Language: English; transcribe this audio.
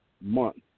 month